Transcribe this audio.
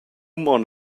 mon